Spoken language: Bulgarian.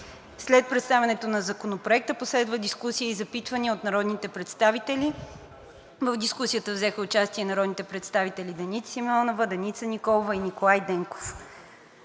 След представянето на Законопроекта последва дискусия и запитвания от народните представители. В дискусията взеха участие народните представители Деница Симеонова, Деница Николова и Николай Денков.